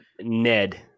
Ned